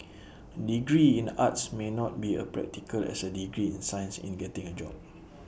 degree in arts may not be A practical as A degree in science in getting A job